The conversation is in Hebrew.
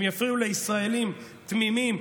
הם יפריעו לישראלים תמימים,